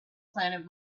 planet